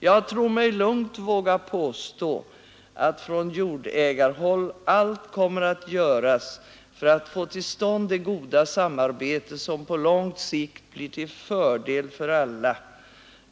Jag tror mig lugnt våga påstå, att från jordägarehåll allt kommer att göras för att få till stånd det goda samarbete, som på lång sikt blir till fördel för alla.